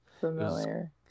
Familiar